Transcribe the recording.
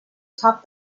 atop